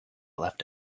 left